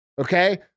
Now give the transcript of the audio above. Okay